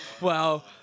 wow